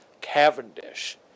Cavendish